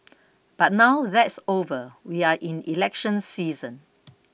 but now that's over we are in election season